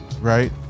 right